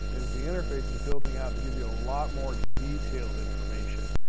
is the interface is building out to give you a lot more detailed information.